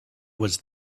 was